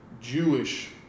Jewish